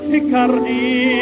Picardy